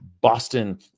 Boston